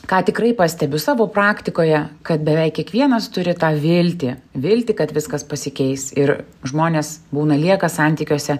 ką tikrai pastebiu savo praktikoje kad beveik kiekvienas turi tą viltį viltį kad viskas pasikeis ir žmonės būna lieka santykiuose